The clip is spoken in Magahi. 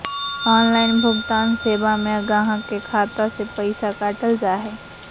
ऑनलाइन भुगतान सेवा में गाहक के खाता से पैसा काटल जा हइ